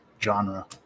genre